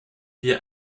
wir